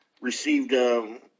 received